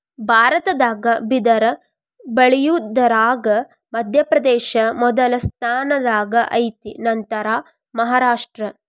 ಭಾರತದಾಗ ಬಿದರ ಬಳಿಯುದರಾಗ ಮಧ್ಯಪ್ರದೇಶ ಮೊದಲ ಸ್ಥಾನದಾಗ ಐತಿ ನಂತರಾ ಮಹಾರಾಷ್ಟ್ರ